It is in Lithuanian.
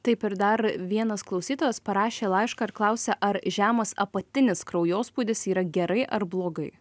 taip ir dar vienas klausytojas parašė laišką ir klausia ar žemas apatinis kraujospūdis yra gerai ar blogai